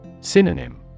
Synonym